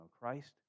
Christ